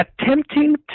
attempting